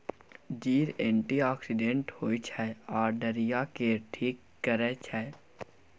जीर एंटीआक्सिडेंट होइ छै आ डायरिया केँ ठीक करै छै